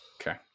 Okay